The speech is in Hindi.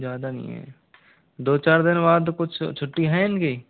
ज़्यादा नहीं है दो चार दिन बाद कुछ छुट्टी है इनकी